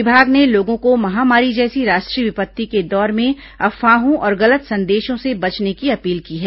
विभाग ने लोगों को महामारी जैसी राष्ट्रीय विपत्ति के दौर में अफवाहों और गलत संदेशों से बचने की अपील की है